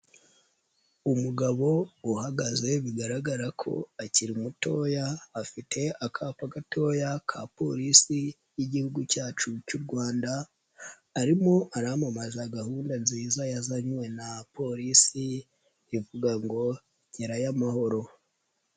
Umugabo uhagaze bigaragara ko akiri mutoya afite akapa gatoya ka Polisi y'Igihugu cyacu cy'u Rwanda arimo aramamaza gahunda nziza yazanywe na Polisi ivuga ngo gerayo amahoro.